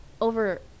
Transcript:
over